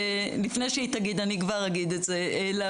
לפני שהיא תגיד אני כבר אגיד את זה: אנחנו